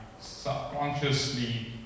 subconsciously